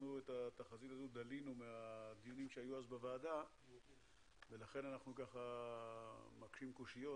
דלינו את התחזית הזו מהדיונים שהיו בוועדה לכן אנחנו מקשים קושיות.